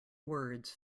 words